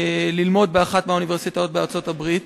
ללמוד באחת מהאוניברסיטאות בארצות-הברית